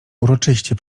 uroczyście